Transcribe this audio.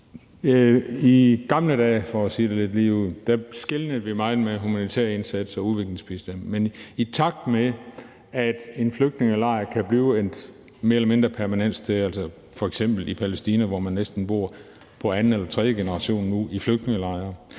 I gamle dage, for at sige det lidt ligeud, skelnede vi meget mellem humanitær indsats og udviklingsbistand. Men i takt med at en flygtningelejr kan blive et mere eller mindre permanent sted, altså f.eks. i Palæstina, hvor man næsten bor på anden eller tredje generation nu i flygtningelejre,